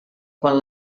quan